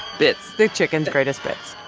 bits the chicken's greatest bits.